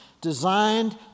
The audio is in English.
designed